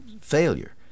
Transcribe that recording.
failure